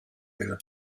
will